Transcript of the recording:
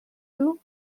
you